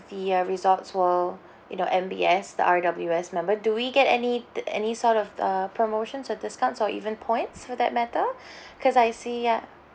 the uh resorts world you know M_B_S the R_W_S member do we get any d~ any sort of err promotions or discounts or even points for that matter because I see ya